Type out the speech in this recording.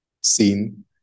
seen